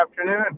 afternoon